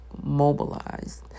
mobilized